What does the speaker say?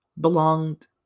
belonged